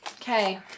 okay